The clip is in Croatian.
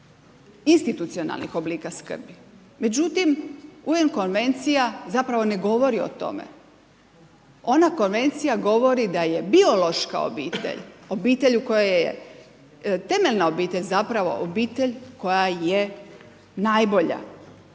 institucionalnih oblika skrbi. Međutim, UN Konvencija zapravo ne govori o tome. Ona konvencija govori o tome da je biološka obitelj, obitelj u kojoj je temeljna obitelj zapravo obitelj koja je najbolja